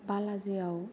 बालाजिआव